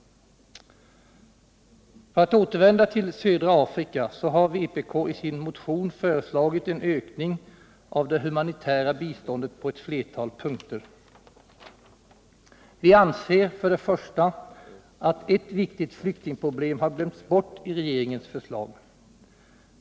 För att återvända till södra Afrika vill jag anföra att vpk i sin motion har föreslagit en ökning av det humanitära biståndet på ett flertal punkter. Vi anser först och främst att ett viktigt flyktingproblem har glömts bort i regeringens förslag.